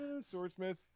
Swordsmith